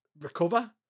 recover